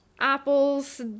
apples